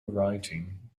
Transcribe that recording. writing